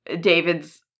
David's